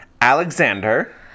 Alexander